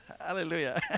Hallelujah